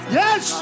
yes